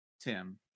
Tim